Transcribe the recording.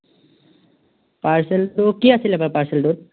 পাৰ্চেলটো কি আছিলে বাৰু পাৰ্চেলটোত